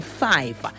five